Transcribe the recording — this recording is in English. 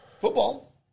Football